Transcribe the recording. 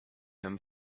him